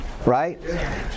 Right